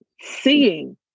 seeing